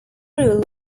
rule